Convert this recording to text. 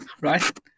Right